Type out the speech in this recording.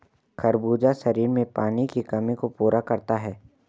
खरबूजा शरीर में पानी की कमी को पूरा करता है